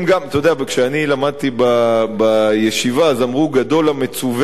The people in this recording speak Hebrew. כשאני למדתי בישיבה אמרו: "גדול המצוּוֶה ועושה,